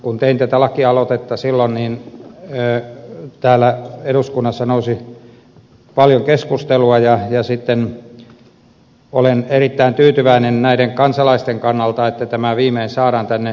kun tein tätä lakialoitetta täällä eduskunnassa nousi paljon keskustelua ja näiden kansalaisten kannalta olen erittäin tyytyväinen että tämä viimein saadaan tänne pelastuslakiin